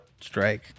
strike